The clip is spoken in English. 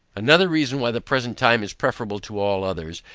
another reason why the present time is preferable to all others,